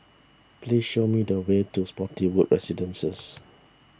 please show me the way to Spottiswoode Residences